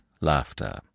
laughter